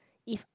if